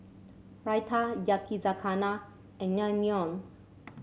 Raita Yakizakana and Naengmyeon